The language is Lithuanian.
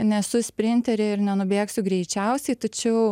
nesu sprinterė ir nenubėgsiu greičiausiai tačiau